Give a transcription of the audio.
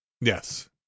Yes